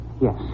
yes